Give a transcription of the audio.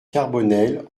carbonel